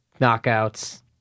knockouts